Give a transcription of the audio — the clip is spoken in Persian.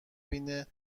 بینه